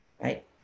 right